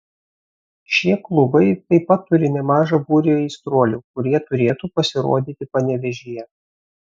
šie klubai taip pat turi nemažą būrį aistruolių kurie turėtų pasirodyti panevėžyje